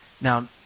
Now